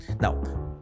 Now